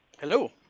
Hello